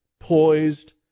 poised